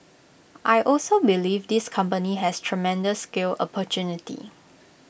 I also believe this company has tremendous scale opportunity